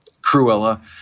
Cruella